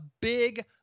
big